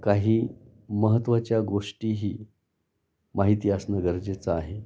काही महत्त्वाच्या गोष्टीही माहिती असणं गरजेचं आहे